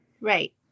Right